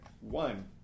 One